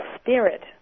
spirit